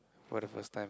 for the first time